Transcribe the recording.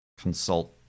consult